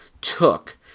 took